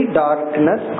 darkness